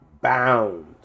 bound